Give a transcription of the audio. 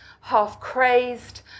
half-crazed